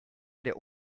der